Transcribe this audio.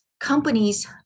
companies